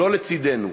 לא לצדנו.